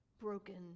broken